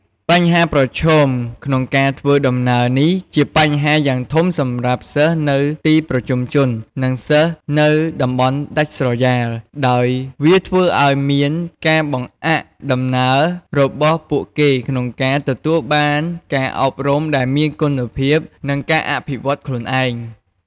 បញ្ហាប្រឈមក្នុងការធ្វើដំណើរនេះជាបញ្ហាយ៉ាងធំសម្រាប់សិស្សនៅទីប្រជុំជន និងសិស្សនៅតំបន់ដាច់ស្រយាល ដោយវាធ្វើអោយមានការបង្អាក់ដំណើររបស់ពួកគេក្នុងការទទួលបានការអប់រំដែលមានគុណភាព និងការអភិវឌ្ឍន៍ខ្លួនឯង។